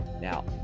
Now